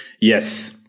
Yes